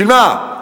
בשביל מה?